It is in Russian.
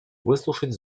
выслушать